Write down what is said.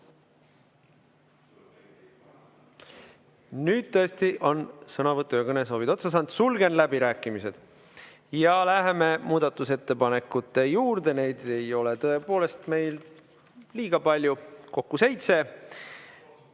Nüüd on tõesti sõnavõtu‑ ja kõnesoovid otsa saanud. Sulgen läbirääkimised. Läheme muudatusettepanekute juurde, neid ei ole meil liiga palju, kokku seitse.